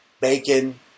bacon